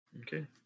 Okay